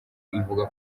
ivuga